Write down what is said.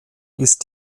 ist